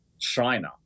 china